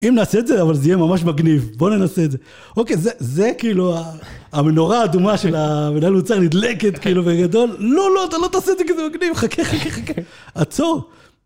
אם נעשה את זה, אבל זה יהיה ממש מגניב, בוא ננסה את זה. אוקיי, זה כאילו המנורה האדומה של המנהל מוצר נדלקת כאילו בגדול. לא, לא, אתה לא תעשה את זה כי זה מגניב, חכה, חכה, חכה. עצור.